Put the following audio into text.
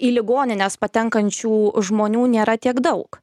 į ligonines patenkančių žmonių nėra tiek daug